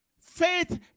Faith